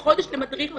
לחודש למדריך מתחיל.